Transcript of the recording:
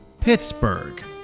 Pittsburgh